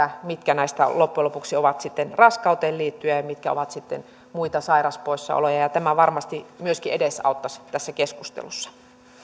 mitkä näistä loppujen lopuksi ovat raskauteen liittyviä ja mitkä ovat sitten muita sairauspoissaoloja tämäkin varmasti edesauttaisi tässä keskustelussa